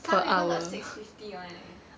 some even got six fifty [one] leh